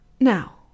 Now